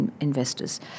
investors